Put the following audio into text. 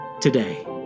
today